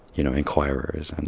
you know, inquirers. and